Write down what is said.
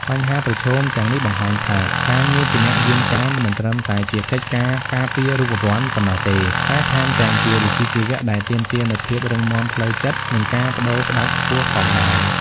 បញ្ហាប្រឈមទាំងនេះបង្ហាញថា ការងារជាអ្នកយាមកាមមិនត្រឹមតែជាកិច្ចការការពាររូបវន្តប៉ុណ្ណោះទេ តែថែមទាំងជាវិជ្ជាជីវៈដែលទាមទារនូវភាពរឹងមាំផ្លូវចិត្ត និងការប្តូរផ្តាច់ខ្ពស់ផងដែរ។